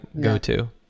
go-to